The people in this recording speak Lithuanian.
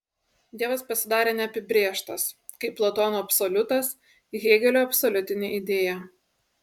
dievas pasidarė neapibrėžtas kaip platono absoliutas hėgelio absoliutinė idėja